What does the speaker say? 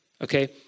okay